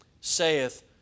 saith